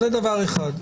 זה דבר אחד.